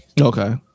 Okay